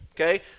Okay